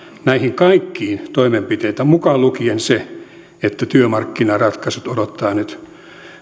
näihin kaikkiin toimenpiteitä mukaan lukien se että työmarkkinaratkaisut odottavat nyt